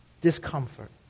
Discomfort